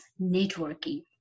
networking